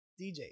DJ